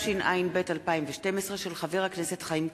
התשע"ב 2012, של חבר הכנסת חיים כץ.